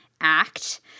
act